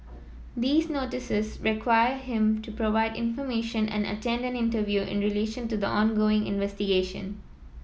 these Notices require him to provide information and attend an interview in relation to the ongoing investigation